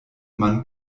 mann